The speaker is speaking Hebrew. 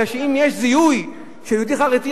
בגלל שאם יש זיהוי של יהודי חרדי,